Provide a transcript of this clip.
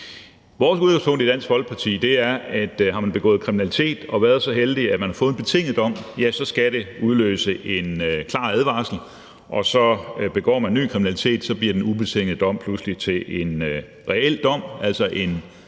Vores udgangspunkt i Dansk Folkeparti er, at har man begået kriminalitet og været så heldig, at man har fået en betinget dom, så skal det udløse en klar advarsel, og hvis man begår ny kriminalitet, bliver den betingede dom pludselig til en reel dom, altså en